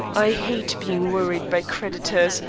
i hate being worried by creditors,